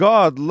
God